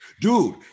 Dude